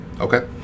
Okay